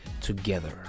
together